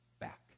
back